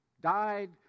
died